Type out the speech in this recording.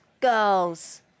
girls